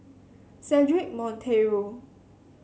Cedric Monteiro